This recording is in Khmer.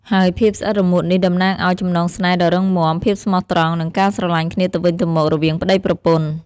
ហើយភាពស្អិតរមួតនេះ តំណាងឲ្យ ចំណងស្នេហ៍ដ៏រឹងមាំ ភាពស្មោះត្រង់ និងការស្រឡាញ់គ្នាទៅវិញទៅមក រវាងប្ដីប្រពន្ធ។